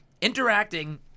interacting